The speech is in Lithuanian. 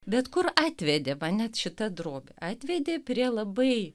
bet kur atvedė mane šita drobė atvedė prie labai